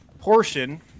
portion